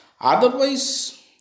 otherwise